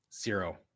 zero